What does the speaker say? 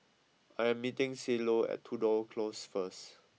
I am meeting Cielo at Tudor Close first